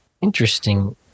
Interesting